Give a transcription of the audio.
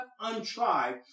untried